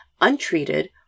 untreated